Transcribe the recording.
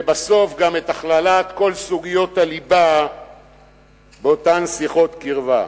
ובסוף גם את הכללת כל סוגיות הליבה באותן שיחות קרבה.